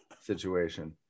situation